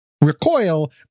recoil